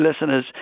listeners